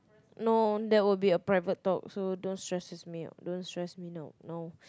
no that would be a private talk so don't stresses me out don't stress me now no